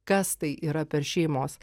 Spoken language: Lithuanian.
kas tai yra per šeimos